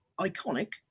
iconic